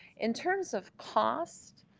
in terms of cost